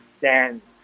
dance